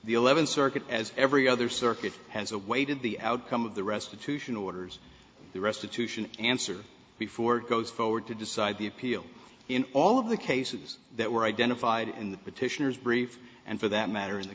the eleventh circuit as every other circuit has awaited the outcome of the restitution orders the restitution answer before it goes forward to decide the appeal in all of the cases that were identified in the petitioners brief and for that matter in the